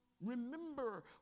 Remember